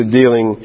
dealing